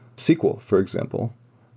sql, for example,